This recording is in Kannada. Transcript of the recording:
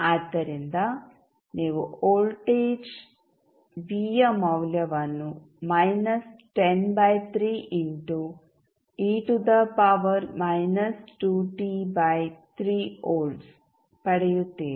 ಆದ್ದರಿಂದ ನೀವು ವೋಲ್ಟೇಜ್ V ಯ ಮೌಲ್ಯವನ್ನು minus 10 by 3 into e to the power minus 2t by 3 volts ಪಡೆಯುತ್ತೀರಿ